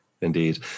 indeed